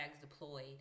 deployed